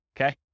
Okay